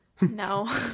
No